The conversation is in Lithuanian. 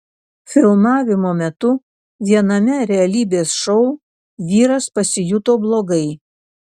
filmavimo metu viename realybės šou vyras pasijuto blogai